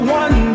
one